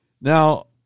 Now